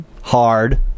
hard